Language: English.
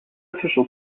official